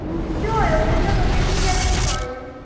নিশ্চয়ই ওই জন্য তোকে নিয়ে যাচ্ছি তো আমি